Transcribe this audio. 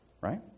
Right